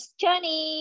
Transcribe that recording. journey